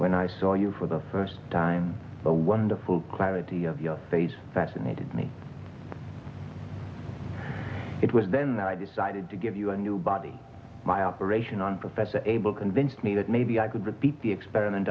when i saw you for the first time a wonderful clarity of your face fascinated me it was then that i decided to give you a new body my operation on professor abel convinced me that maybe i could repeat the experiment